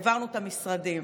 העברנו את המשרדים.